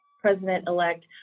president-elect